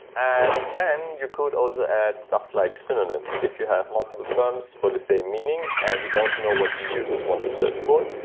and then, you could also add stuff like synonyms. if you have multiple terms for the same meaning and you don't know what the users want to search for,